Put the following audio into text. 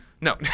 No